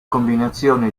combinazione